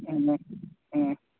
ꯑꯥ ꯑꯥ